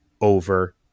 over